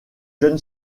jeune